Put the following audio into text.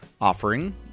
offering